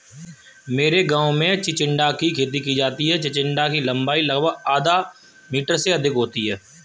मेरे गांव में चिचिण्डा की खेती की जाती है चिचिण्डा की लंबाई लगभग आधा मीटर से अधिक होती है